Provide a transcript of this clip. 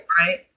Right